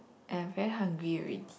I am very hungry already